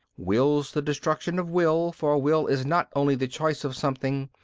wills the destruction of will for will is not only the choice of something,